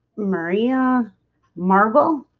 maria marble